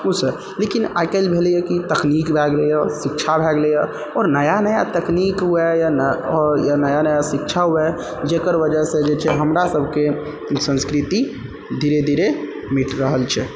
ओहि से लेकिन आइ काल्हि भेलै हइ कि तकनीक भए गेलैए शिक्षा भए गेलैए आओर नया नया तकनीक हुए या नया या नया नया शिक्षा हुए जेकर वजह से जे छै हमरा सबके ई संस्कृति धीरे धीरे मिट रहल छै